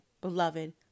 beloved